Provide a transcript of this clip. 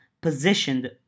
positioned